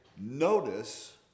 notice